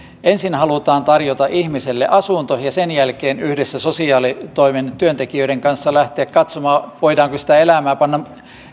ensin halutaan tarjota ihmiselle asunto ja sen jälkeen yhdessä sosiaalitoimen työntekijöiden kanssa lähteä katsomaan voidaanko sitä elämää panna